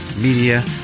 Media